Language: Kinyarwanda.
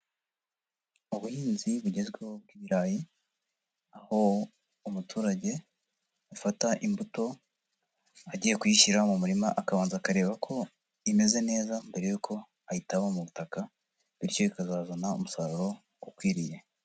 Ubuhinzi bugezweho bw'irayi, aho umuturage afata imbuto agiye kuyishyira mu murima akabanza akareba ko imeze neza mbere y'uko ayitaba mu butaka bityo ikazazana umusaruro ukwiriye.